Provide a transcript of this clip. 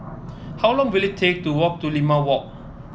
how long will it take to walk to Limau Walk